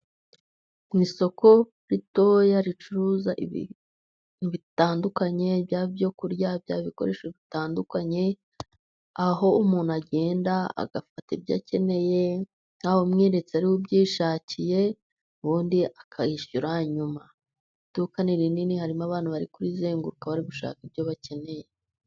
Ni isoko ritoya ricuruza ibintu bitandukanye, byaba ibyo kurya byaba ibikoresho bitandukanye, aho umuntu agenda agafata ibyo akeneye nta we umweretse ari we ubyishakiye, ubundi akayishyura nyuma. Iduka ni rinini harimo abantu bari kurizenguruka bari gushaka ibyo bakeneye.